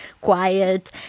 quiet